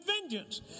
vengeance